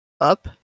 up